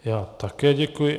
Já také děkuji.